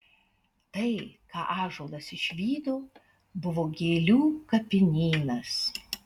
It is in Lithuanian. tai ką ąžuolas išvydo buvo gėlių kapinynas